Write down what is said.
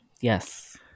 Yes